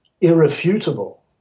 irrefutable